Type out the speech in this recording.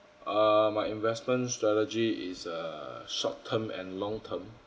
uh my investment strategy is err short term and long term